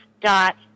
dot